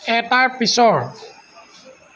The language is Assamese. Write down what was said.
এটাৰ পিছৰ